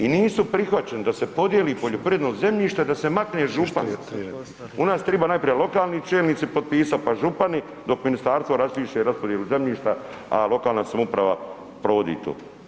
I nisu prihvaćeni da se podijeli poljoprivredno zemljište, da se makne župan, u vas triba najprije lokalni čelnici potpisati, pa župani, dok ministarstvo raspiše raspodjelu zemljišta, a lokalna samouprava provodi to.